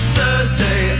Thursday